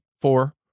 four